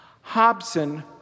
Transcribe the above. Hobson